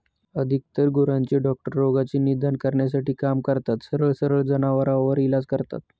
अधिकतर गुरांचे डॉक्टर रोगाचे निदान करण्यासाठी काम करतात, सरळ सरळ जनावरांवर इलाज करता